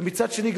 ומצד שני,